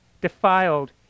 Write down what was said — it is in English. defiled